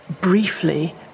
briefly